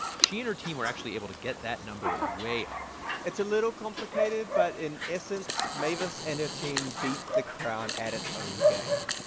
she and her team were actually able to get that number way up it's a little complicated, but in essence, mavis and her team beat the crown at its own game.